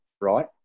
right